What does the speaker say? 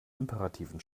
imperativen